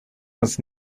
was